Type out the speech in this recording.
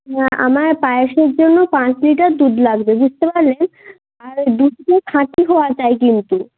না আমার পায়েসের জন্য পাঁচ লিটার দুধ লাগবে বুঝতে পারলেন আর ওই দুধ পুরো খাঁটি হওয়া চাই কিন্তু